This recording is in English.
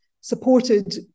supported